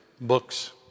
books